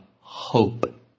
hope